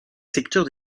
secteurs